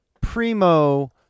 primo